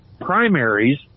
primaries